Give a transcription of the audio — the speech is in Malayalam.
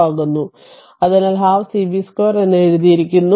ആകുന്നു അതിനാൽ 12 cv2 എന്ന് എഴുതിയിരിക്കുന്നു